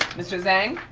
mr. zhang?